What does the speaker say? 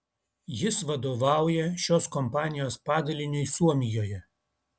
jis vadovauja šios kompanijos padaliniui suomijoje